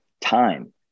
time